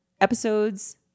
episodes